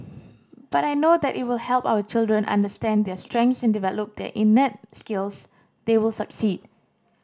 but I know that it will help our children understand their strengths and develop their innate skills they will succeed